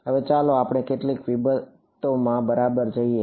હવે ચાલો આપણે કેટલીક વિગતોમાં બરાબર જઈએ